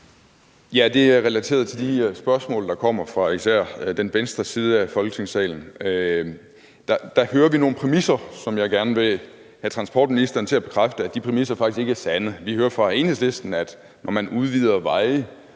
Det relaterer sig til de spørgsmål, der især kommer fra den venstre side i Folketingssalen. Vi hører, at der bliver talt ud fra nogle præmisser, og jeg vil gerne have transportministeren til at bekræfte, at de præmisser faktisk ikke er sande. Vi hører fra Enhedslisten, at når man udvider veje,